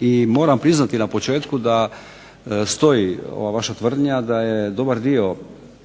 i moram priznati na početku da stoji ova vaša tvrdnja da je dobar dio